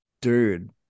dude